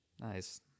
Nice